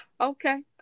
Okay